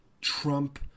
Trump